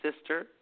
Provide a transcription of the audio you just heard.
Sister